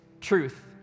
truth